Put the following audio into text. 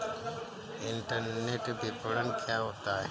Internet विपणन क्या होता है?